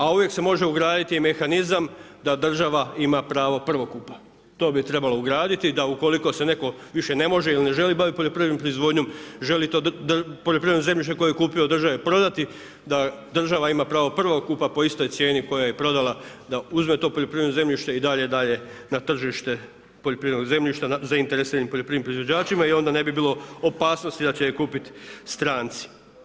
A uvijek se može ugraditi mehanizam da država ima pravo prvokupa, to bi trebalo ugraditi, da ukoliko se neko više ne može ili ne želi baviti poljoprivrednom proizvodnjom, želi to poljoprivredno zemljište koje je kupio od države prodati da država ima pravo prvokupa po istoj cijeni koje je prodala da uzme to poljoprivredno zemljište i dalje daje na tržište poljoprivredno zemljište zainteresiranim poljoprivrednim proizvođačima i onda ne bi bilo opasnosti da će je kupiti stranci.